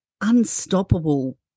unstoppable